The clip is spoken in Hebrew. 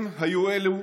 הם היו אלו